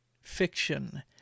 fiction